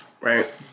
Right